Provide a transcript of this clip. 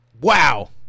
Wow